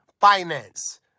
finance